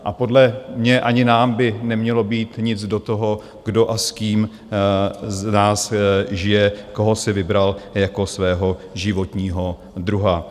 A podle mě ani nám by nemělo být nic do toho, kdo a s kým žije, koho si vybral jako svého životního druha.